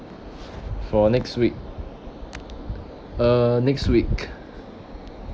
for next week uh next week